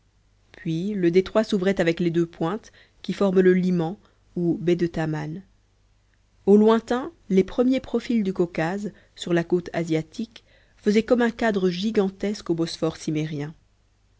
puis le détroit s'ouvrait avec les deux pointes qui forment le liman ou baie de taman au lointain les premiers profils du caucase sur la côte asiatique faisaient comme un cadre gigantesque au bosphore